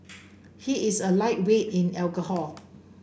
he is a lightweight in alcohol